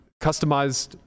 customized